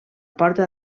porta